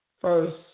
first